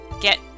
Get